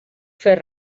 fer